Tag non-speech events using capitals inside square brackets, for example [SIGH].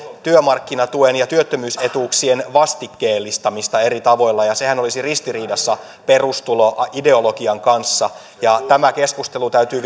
työmarkkinatuen ja työttömyysetuuksien vastikkeellistamista eri tavoilla ja sehän olisi ristiriidassa perustuloideologian kanssa tämä keskustelu täytyy [UNINTELLIGIBLE]